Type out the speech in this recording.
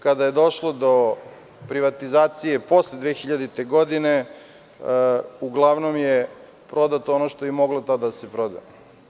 Kada je došlo do privatizacije posle 2000. godine, uglavnom je prodato ono što je moglo tada da se proda.